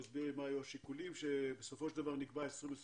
הוא הסביר לי מה היו השיקולים שבסופו של דבר נקבע 2025,